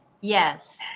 Yes